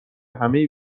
همه